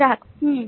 ग्राहक हम्म